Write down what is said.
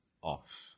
Off